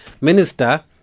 minister